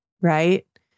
right